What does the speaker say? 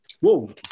Whoa